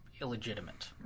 illegitimate